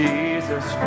Jesus